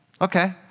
Okay